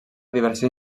diverses